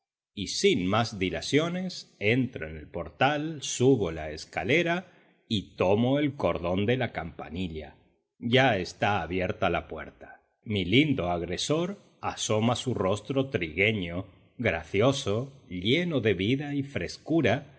y sin más dilaciones entro en el portal subo la escalera y tomo el cordón de la campanilla ya está abierta la puerta mi lindo agresor asoma su rostro trigueño gracioso lleno de vida y frescura